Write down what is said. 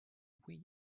wii